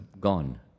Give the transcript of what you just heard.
gone